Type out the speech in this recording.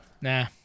Nah